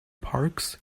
parks